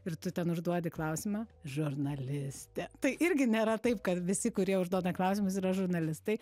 ir tu ten užduodi klausimą žurnalistė tai irgi nėra taip kad visi kurie užduoda klausimus yra žurnalistai